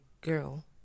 girl